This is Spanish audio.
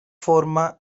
formas